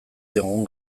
diogun